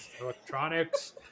electronics